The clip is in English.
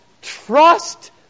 Trust